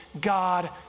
God